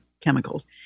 chemicals